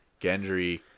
Gendry